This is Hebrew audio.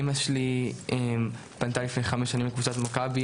אימא שלי פנתה לפני חמש שנים לקבוצת מכבי